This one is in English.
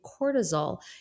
cortisol